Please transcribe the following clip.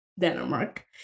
Denmark